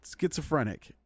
schizophrenic